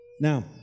Now